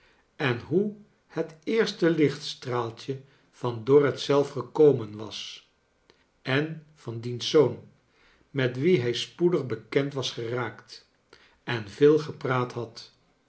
en hoe het esrste lichtstraaltje van dorrit zelf gekomen was en van diens zoon met wie hij spoedig bekend was geraakt en veel gepraat had